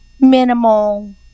minimal